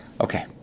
Okay